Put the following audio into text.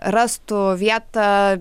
rastų vietą